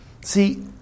see